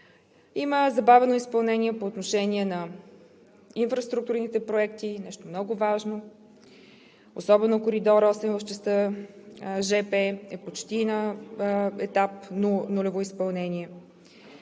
Има забавено изпълнение по отношение на инфраструктурните проекти – нещо много важно, особено на Коридор № 8 в частта жп е почти на етап нулево изпълнение